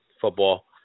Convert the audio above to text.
Football